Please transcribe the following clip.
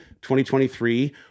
2023